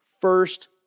first